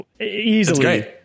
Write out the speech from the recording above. easily